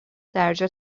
درجا